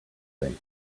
things